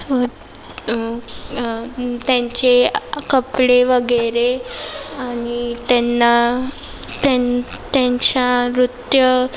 त्यांचे कपडे वगैरे आणि त्यांना त्यानं त्यांच्या नृत्य